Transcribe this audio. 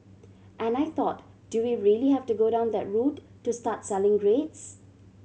and I thought do we really have to go down that route to start selling grades